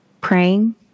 praying